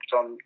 on